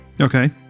Okay